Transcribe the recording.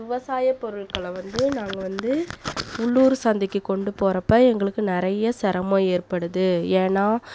விவசாய பொருட்களை வந்து நாங்கள் வந்து உள்ளூர் சந்தைக்கு கொண்டு போகிறப்போ எங்களுக்கு நிறைய சிரமம் ஏற்படுது ஏனால்